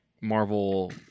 Marvel